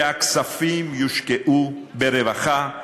שהכספים יושקעו ברווחה,